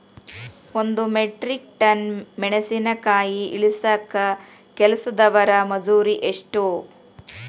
ಒಂದ್ metric ton ಮೆಣಸಿನಕಾಯಿ ಇಳಸಾಕ್ ಕೆಲಸ್ದವರ ಮಜೂರಿ ಎಷ್ಟ?